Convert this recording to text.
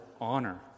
honor